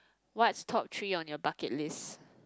what's top three on your bucket list